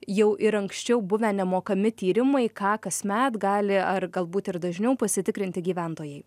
jau ir anksčiau buvę nemokami tyrimai ką kasmet gali ar galbūt ir dažniau pasitikrinti gyventojai